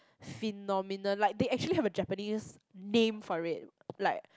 phenomenon like they actually has a Japanese name for it like